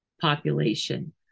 population